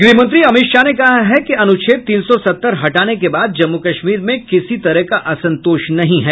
गृहमंत्री अमित शाह ने कहा है कि अनुच्छेद तीन सौ सत्तर हटाने के बाद जम्मू कश्मीर में किसी तरह का असंतोष नहीं है